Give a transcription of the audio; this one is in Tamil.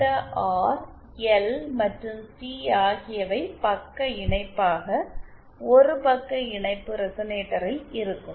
இந்த ஆர் எல் மற்றும் சி ஆகியவை பக்க இணைப்பாக ஒரு பக்க இணைப்பு ரெசனேட்டரில் இருக்கும்